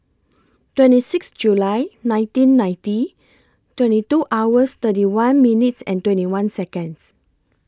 twenty six July nineteen ninety twenty two hours thirty one minutes and twenty one Seconds